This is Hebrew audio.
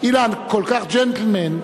אילן כל כך ג'נטלמן.